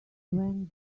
when